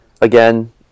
again